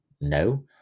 No